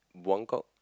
Buangkok